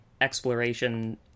exploration